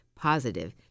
positive